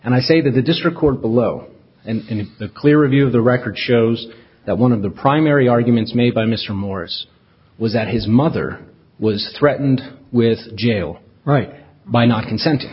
and i say that the district court below and the clear review of the record shows that one of the primary arguments made by mr morris was that his mother was threatened with jail right by not consent